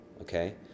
Okay